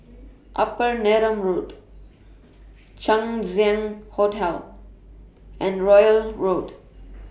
Upper Neram Road Chang Ziang Hotel and Royal Road